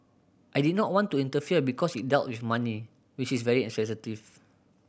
I did not want to interfere because it dealt with money which is very sensitive